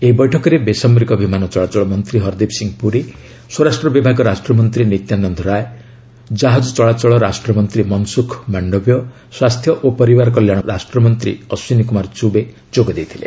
ଏହି ବୈଠକରେ ବେସାମରିକ ବିମାନ ଚଳାଚଳ ମନ୍ତ୍ରୀ ହରଦୀପ ସିଂହ ପୁରୀ ସ୍ୱରାଷ୍ଟ୍ର ବିଭାଗ ରାଷ୍ଟ୍ରମନ୍ତ୍ରୀ ନିତ୍ୟାନନ୍ଦ ରାୟ ଜାହାଜ ଚଳାଚଳ ରାଷ୍ଟ୍ରମନ୍ତ୍ରୀ ମନସୁଖ ମାଣ୍ଡବିୟ ସ୍ୱାସ୍ଥ୍ୟ ଓ ପରିବାର କଲ୍ୟାଣ ରାଷ୍ଟ୍ରମନ୍ତ୍ରୀ ଅଶ୍ୱିନୀ କୁମାର ଚୁବେ ଯୋଗ ଦେଇଥିଲେ